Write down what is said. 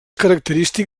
característic